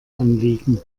anliegen